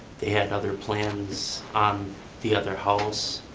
they had and other plans, um the other house,